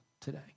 today